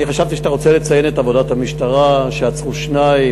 אני חשבתי שאתה רוצה לציין את עבודת המשטרה שעצרו שניים,